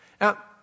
Now